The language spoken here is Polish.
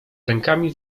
rękami